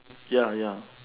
ya ya